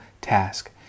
task